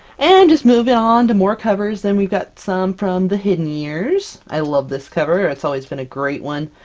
and just moving on to more covers, then we've got some from the hidden years. i love this cover! it's always been a great one.